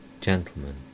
Gentlemen